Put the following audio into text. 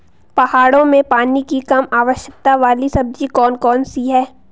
पहाड़ों में पानी की कम आवश्यकता वाली सब्जी कौन कौन सी हैं?